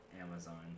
Amazon